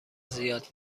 زیاد